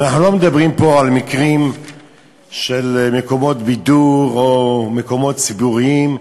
אנחנו לא מדברים פה על מקרים של מקומות בידור או מקומות ציבוריים.